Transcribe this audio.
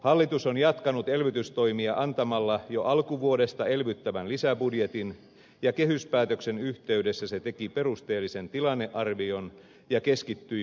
hallitus on jatkanut elvytystoimia antamalla jo alkuvuodesta elvyttävän lisäbudjetin ja kehyspäätöksen yhteydessä se teki perusteellisen tilannearvion ja keskittyi päälinjoihin